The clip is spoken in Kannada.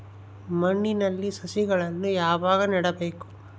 ಮಣ್ಣಿನಲ್ಲಿ ಸಸಿಗಳನ್ನು ಯಾವಾಗ ನೆಡಬೇಕು?